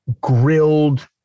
grilled